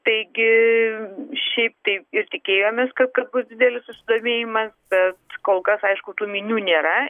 taigi šiaip tai ir tikėjomės kad kad bus didelis susidomėjimas bet kol kas aišku tų minių nėra